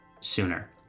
sooner